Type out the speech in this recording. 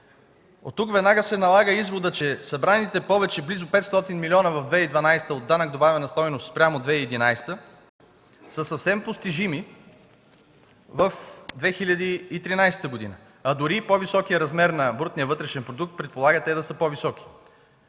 Оттук веднага се налага изводът, че събраните повече близо 500 милиона в 2012 г. от данък добавена стойност спрямо 2011 г., са съвсем постижими в 2013 г. Дори по-високият размер на брутния вътрешен продукт предполага те да са по-високи.